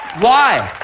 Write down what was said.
why?